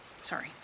Sorry